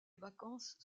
vacances